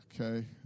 okay